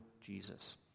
Jesus